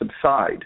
subside